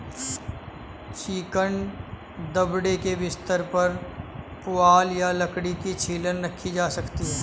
chicken दड़बे के बिस्तर पर पुआल या लकड़ी की छीलन रखी जा सकती है